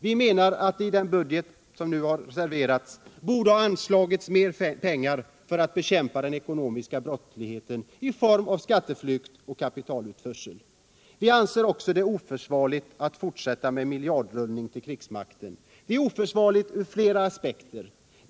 Vi menar att det i budgeten borde ha anslagits mer pengar för att bekämpa den ekonomiska brottslighet som sker i form av skatteflykt och kapitalutförsel. Vi anser det också oförsvarligt att fortsätta med miljardrullningen till krigsmakten. Det är oförsvarligt ur flera aspekter.